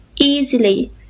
easily